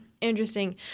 Interesting